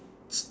s~